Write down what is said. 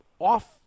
off